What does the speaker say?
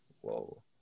Whoa